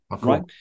right